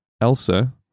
Elsa